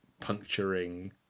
puncturing